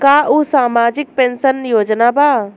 का उ सामाजिक पेंशन योजना बा?